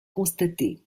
constatés